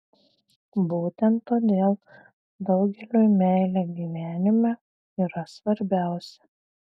būtent todėl daugeliui meilė gyvenime yra svarbiausia